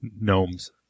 gnomes